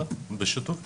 נכון, בשיתוף פעולה.